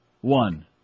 one